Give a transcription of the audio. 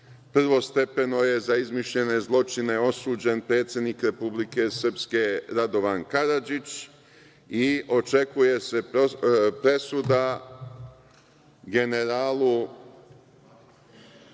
Stanišić. Prvostepeno je za izvršene zločine osuđen predsednik Republike Srpske Radovan Karadžić i očekuje se presuda generalu